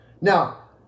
Now